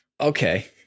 okay